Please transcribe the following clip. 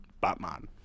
Batman